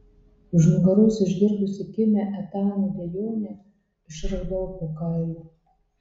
už nugaros išgirdusi kimią etano dejonę išraudau po kailiu